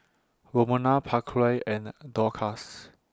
Romona Pasquale and Dorcas